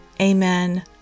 amen